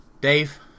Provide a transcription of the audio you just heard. Dave